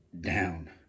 down